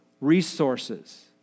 resources